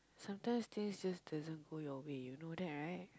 sometimes things just doesn't go your way you know that right